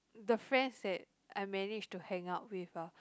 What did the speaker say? the friends that I managed to hang out with ah